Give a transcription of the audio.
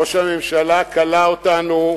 ראש הממשלה קלע אותנו,